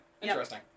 interesting